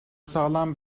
sağlam